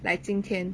like 今天